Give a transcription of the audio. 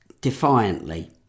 defiantly